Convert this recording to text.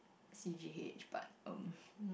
C_G_H but um